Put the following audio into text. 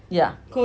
yeah